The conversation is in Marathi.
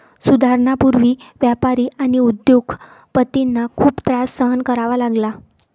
सुधारणांपूर्वी व्यापारी आणि उद्योग पतींना खूप त्रास सहन करावा लागला